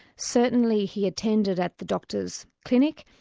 certainly he attended at the doctor's clinic,